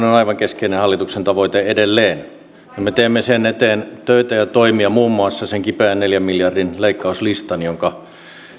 on on aivan keskeinen hallituksen tavoite edelleen ja me teemme sen eteen töitä ja toimia muun muassa sen kipeän neljän miljardin leikkauslistan jonka